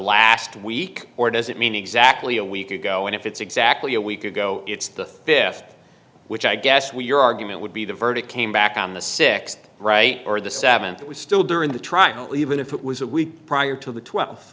last week or does it mean exactly a week ago and if it's exactly a week ago it's the fifth which i guess we're argument would be the verdict came back on the sixth right or the seventh was still during the trial even if it was a week prior to the twelfth